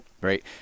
right